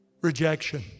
rejection